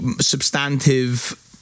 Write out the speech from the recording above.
substantive